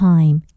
Time